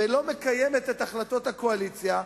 ולא מקיימת את החלטות הקואליציה,